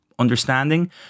understanding